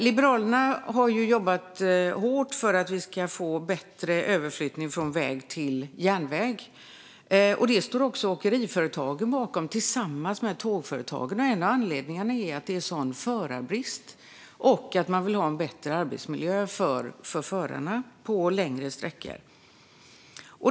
Liberalerna har jobbat hårt för att vi ska få bättre överflyttning från väg till järnväg, och detta står också åkeriföretagen bakom, tillsammans med tågföretagen. En av anledningarna är att det är stor förarbrist och att man vill ha en bättre arbetsmiljö för förarna på längre sträckor.